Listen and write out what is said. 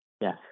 Yes